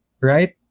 right